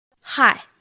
Hi